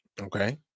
okay